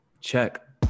check